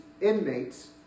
inmates